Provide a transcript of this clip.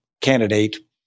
candidate